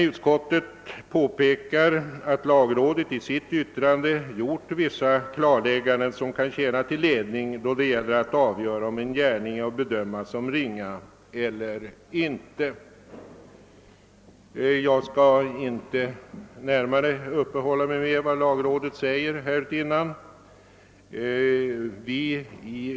Utskottet påpekar emellertid att lagrådet i sitt yttrande gjort vissa klarlägganden som kan tjäna till ledning då det gäller att avgöra, om en gärning skall bedömas som ringa eller inte. Jag skall inte närmare uppehålla mig vid vad lagrådet säger härutinnan.